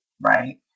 right